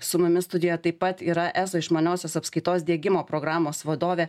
su mumis studijoj taip pat yra eso išmaniosios apskaitos diegimo programos vadovė